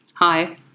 Hi